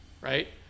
right